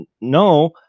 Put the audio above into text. no